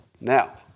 Now